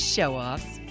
Show-offs